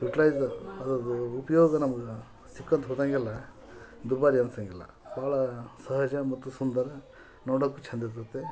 utilise ಅದರದ್ದು ಉಪಯೋಗ ನಮ್ಗೆ ಸಿಕ್ಕಂತೆ ಹೋದಾಂಗೆಲ್ಲ ದುಬಾರಿ ಅನ್ಸೋಂಗಿಲ್ಲ ಬಹಳ ಸಹಜ ಮತ್ತು ಸುಂದರ ನೋಡೋಕ್ ಚಂದ ಇರ್ತದೆ